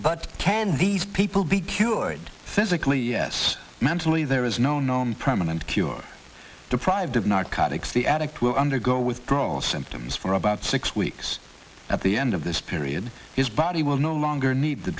but tend these people be cured physically yes mentally there is no known permanent cure deprived of narcotics the addict will undergo withdrawal symptoms for about six weeks at the end of this period his body will no longer need the